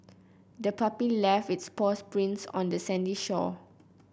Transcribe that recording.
the puppy left its paw prints on the sandy shore